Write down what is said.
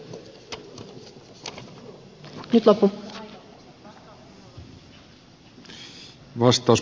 arvoisa puhemies